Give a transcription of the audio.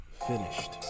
Finished